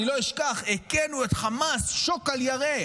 אני לא אשכח: הכינו את חמאס שוק על ירך,